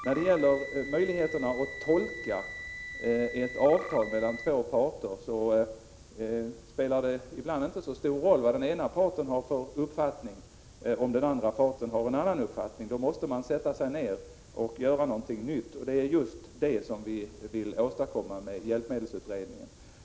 När det gäller att tolka ett avtal mellan två parter spelar det ibland inte så stor roll vad den ena parten har för uppfattning, om den andra parten har en helt annan uppfattning. Då måste man sätta sig ned och göra någonting nytt. Det är just detta vi vill åstadkomma med hjälpmedelsutredningen.